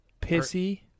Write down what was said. Pissy